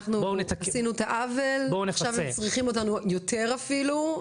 אנחנו עשינו את העוול ועכשיו הם צריכים אותנו יותר אפילו".